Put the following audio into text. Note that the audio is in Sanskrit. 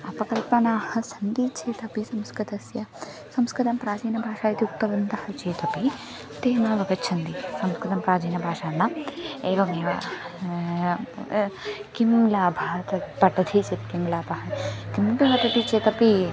अपकल्पनाः सन्ति चेदपि संस्कृतस्य संस्कृतं प्राचीनभाषा इति उक्तवन्तः चेदपि ते नावगच्छन्ति संस्कृतं प्राचीनभाषा नाम एवमेव कः लाभः तां पठति चेत् कः लाभः किं भवति अपि चेदपि